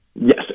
Yes